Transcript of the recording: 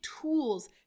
tools